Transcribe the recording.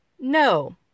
no